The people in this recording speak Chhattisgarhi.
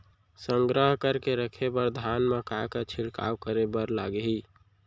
संग्रह करके रखे बर धान मा का का छिड़काव करे बर लागही?